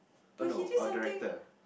oh no or director